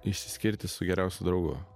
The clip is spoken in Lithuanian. išsiskirti su geriausiu draugu